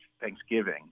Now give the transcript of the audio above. Thanksgiving